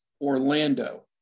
Orlando